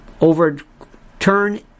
overturn